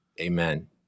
Amen